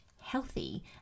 healthy